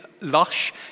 lush